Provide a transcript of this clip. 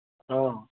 ହଁ